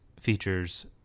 features